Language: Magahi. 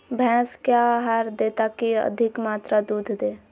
भैंस क्या आहार दे ताकि अधिक मात्रा दूध दे?